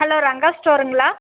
hello Ranga ஸ்டோர்ங்களா